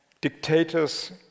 dictators